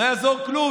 לא יעזור כלום.